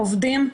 עובדים,